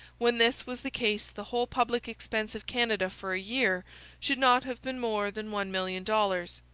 when this was the case the whole public expense of canada for a year should not have been more than one million dollars.